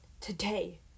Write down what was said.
today